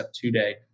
today